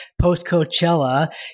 post-Coachella